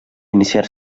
iniciar